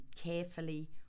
carefully